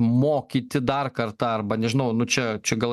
mokyti dar kartą arba nežinau nu čia čia gal